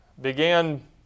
began